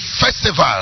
festival